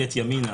מפלגת ימינה,